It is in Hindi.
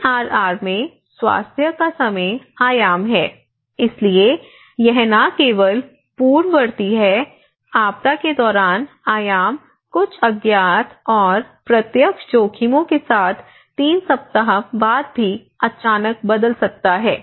डीआरआर में स्वास्थ्य का समय आयाम है इसलिए यह न केवल पूर्ववर्ती है आपदा के दौरान आयाम कुछ अज्ञात और प्रत्यक्ष जोखिमों के साथ 3 सप्ताह बाद भी अचानक बदल सकता है